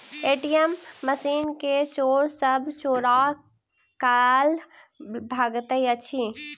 ATM machine के चोर सब चोरा क ल भगैत अछि